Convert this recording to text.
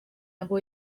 aho